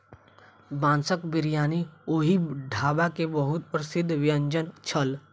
बांसक बिरयानी ओहि ढाबा के बहुत प्रसिद्ध व्यंजन छल